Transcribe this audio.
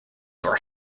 were